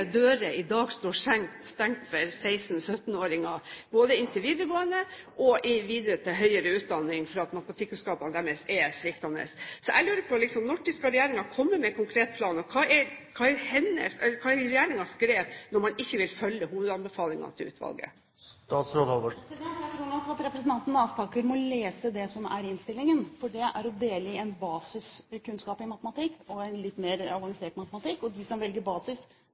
stengt for 16–17-åringer, både til videregående og videre til høyere utdanning – fordi matematikkunnskapene deres er sviktende. Jeg lurer på når regjeringen skal komme med en konkret plan, og hva er regjeringens grep når man ikke vil følge hovedanbefalingene til utvalget? Jeg tror nok at representanten Aspaker må lese det som står i innstillingen, for det er å dele i en basiskunnskap i matematikk og en mer avansert matematikk. De som velger basis,